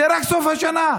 זה רק בסוף השנה.